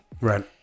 Right